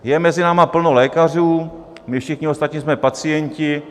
Je mezi námi plno lékařů, my všichni ostatní jsme pacienti.